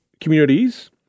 communities